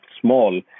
small